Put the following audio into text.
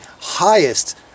highest